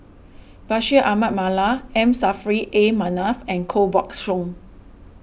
Bashir Ahmad Mallal M Saffri A Manaf and Koh Buck Song